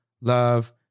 love